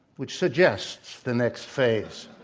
which suggests the next phase,